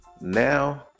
Now